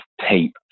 tape